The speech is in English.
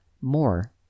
more